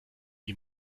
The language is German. ihm